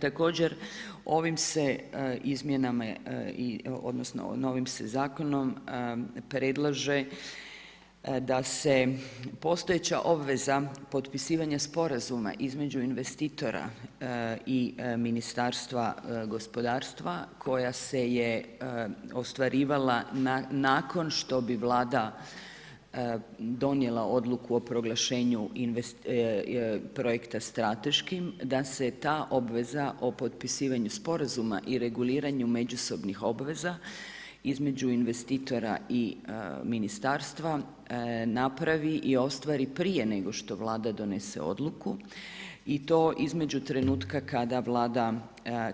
Također, ovim se zakonom predlaže da se postojeća obveza potpisivanja sporazuma između investitora i Ministarstva gospodarstva koja se je ostvarivala nakon što bi Vlada donijela odluku o proglašenju projekta strateškim, da se ta obveza o potpisivanju sporazuma i reguliranju međusobnih obveza između investitora i ministarstva napravi i ostvari prije nego što Vlada donese odluku i to između trenutka